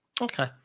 Okay